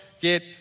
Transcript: get